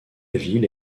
ville